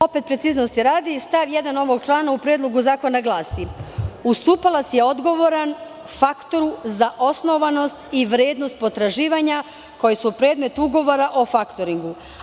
Opet preciznosti radi, stav 1. ovog člana u Predlogu zakona glasi: "Ustupalac je odgovoran faktoru za osnovanost i vrednost potraživanja koje su predmet ugovora o faktoringu"